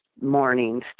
mornings